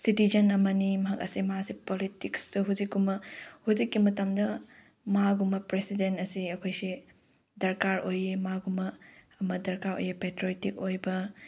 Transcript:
citizen ꯑꯃꯅꯤ ꯃꯍꯥꯛ ꯑꯁꯦ ꯃꯥꯁꯦ ꯄꯣꯂꯤꯇꯤꯛꯁꯇ ꯍꯧꯖꯤꯛꯀꯨꯝꯕ ꯍꯧꯖꯤꯛꯀꯤ ꯃꯇꯝꯗ ꯃꯥꯒꯨꯝꯕ ꯄ꯭ꯔꯁꯤꯗꯦꯟ ꯑꯁꯤ ꯑꯩꯈꯣꯏꯁꯤ ꯗꯔꯀꯥꯔ ꯑꯣꯏ ꯃꯥꯒꯨꯝꯕ ꯑꯃ ꯗꯔꯀꯥꯔ ꯑꯣꯏ ꯄꯦꯇ꯭ꯔꯣꯏꯇꯤꯛ ꯑꯣꯏꯕ